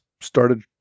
started